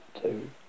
two